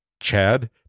chad